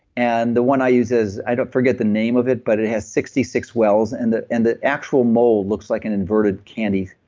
and the one i use is, i don't forget the name of it, but it has sixty six wells and the and the actual mold looks like an inverted candy,